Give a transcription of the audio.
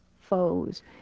foes